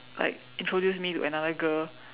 like introduce me to another girl